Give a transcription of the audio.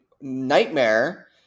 nightmare